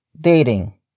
dating